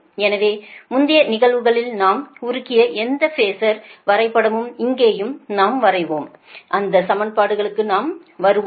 எனவே முந்தைய நிகழ்வுகளில் நாம் உருவாக்கிய எந்த ஃபேஸர் வரைபடமும் இங்கேயும் நாம் வருவோம் அந்த சமன்பாடுகளுக்கு நாம் வருவோம்